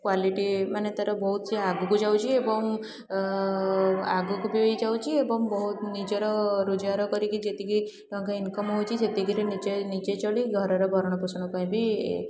quality ମାନେ ତା'ର ବହୁତ ସିଏ ଆଗକୁ ଯାଉଛି ଏବଂ ଆଗକୁ ବି ଯାଉଛି ଏବଂ ବହୁତ ନିଜର ରୋଜଗାର କରିକି ଯେତିକି ଟଙ୍କା ଇନକମ୍ ହେଉଛି ସେତିକିରେ ନିଜେ ନିଜେ ଚଳି ଘରର ଭରଣପୋଷଣ ପାଇଁ ବି